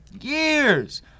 years